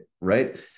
right